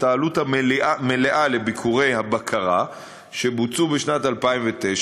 העלות המלאה של ביקורי הבקרה שבוצעו בשנת 2009,